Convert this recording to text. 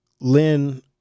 Lynn